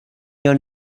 your